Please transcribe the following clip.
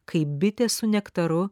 kaip bitė su nektaru